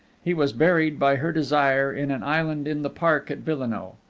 he was buried by her desire in an island in the park at villenoix.